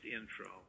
intro